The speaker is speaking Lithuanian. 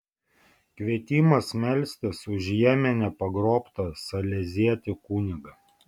kvietimas melstis už jemene pagrobtą salezietį kunigą